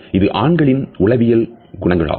இது ஆண்களின் உளவியல் குணங்களாகும்